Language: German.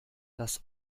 das